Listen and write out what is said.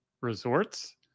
resorts